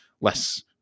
less